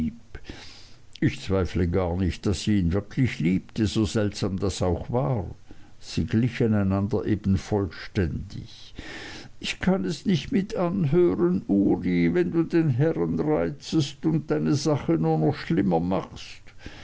ich zweifle gar nicht daß sie ihn wirklich liebte so seltsam das auch war sie glichen einander eben vollständig ich kann es nicht mit anhören ury wenn du den herrn reizest und deine sache nur noch schlimmer machst